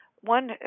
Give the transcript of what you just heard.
one